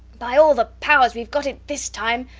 by all the powers! weve got it this time,